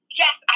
yes